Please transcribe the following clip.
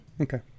Okay